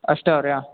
ಅಷ್ಟು ಅವ್ರ್ಯಾ